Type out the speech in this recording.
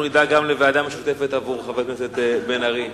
משותפת של ועדת העלייה,